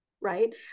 Right